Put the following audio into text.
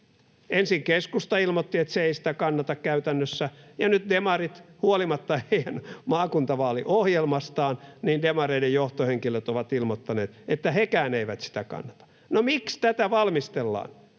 Ensin keskusta ilmoitti, että se ei sitä kannata käytännössä, ja nyt, huolimatta heidän maakuntavaaliohjelmastaan, demareiden johtohenkilöt ovat ilmoittaneet, että hekään eivät sitä kannata. No miksi tätä valmistellaan?